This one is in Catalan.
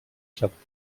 següent